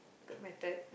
good method